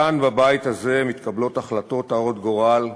כאן, בבית הזה, מתקבלות החלטות הרות גורל,